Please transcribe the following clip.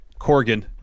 Corgan